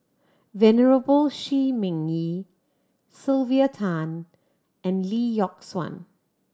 Venerable Shi Ming Yi Sylvia Tan and Lee Yock Suan